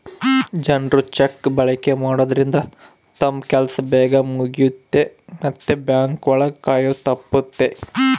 ಜನ್ರು ಚೆಕ್ ಬಳಕೆ ಮಾಡೋದ್ರಿಂದ ತಮ್ ಕೆಲ್ಸ ಬೇಗ್ ಮುಗಿಯುತ್ತೆ ಮತ್ತೆ ಬ್ಯಾಂಕ್ ಒಳಗ ಕಾಯೋದು ತಪ್ಪುತ್ತೆ